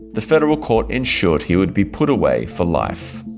the federal court ensured he would be put away for life.